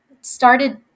started